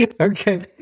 Okay